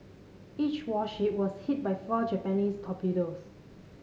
each warship was hit by four Japanese torpedoes